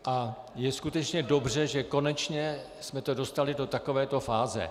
A je skutečně dobře, že konečně jsme to dostali do takovéto fáze.